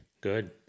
Good